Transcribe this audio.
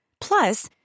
Plus